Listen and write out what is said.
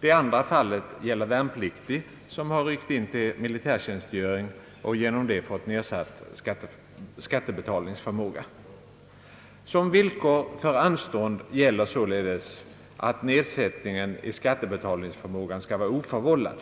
Det andra fallet gäller värnpliktig, som har ryckt in till militärtjänstgöring och därigenom fått nedsatt skattebetalningsförmåga. Som villkor för anstånd gäller således att nedsättningen i skattebetalningsförmåga skall vara oförvållad.